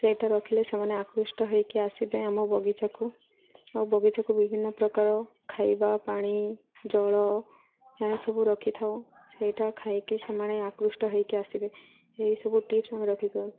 ସେଇଟା ରଖିଲେ ସେମାନେ ଆକୃଷ୍ଟ ହେଇକି ଆସିବେ ଆମ ବଗିଚାକୁ ଆଉ ବଗିଚାକୁ ବିଭିନ୍ନ ପ୍ରକାର ଖାଇବା ପାଣି ଜଳ ଏହାସବୁ ରଖିଥାଉ ସେଇଟା ଖାଇକି ସେମାନେ ଆକୃଷ୍ଟ ହେଇକି ଆସିବେ ଏହିସବୁ ଟିପ୍ସ ଆମେ ରଖିଥାଉ